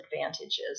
advantages